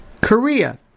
Korea